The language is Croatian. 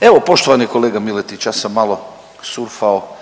Evo poštovani kolega Miletić ja sam malo surfao,